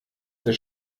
der